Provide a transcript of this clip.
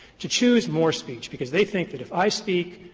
to choose more speech, because they think that, if i speak,